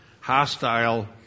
hostile